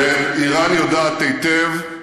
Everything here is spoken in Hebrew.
ואיראן יודעת היטב,